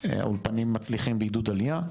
האולפנים מצליחים בעידוד עלייה,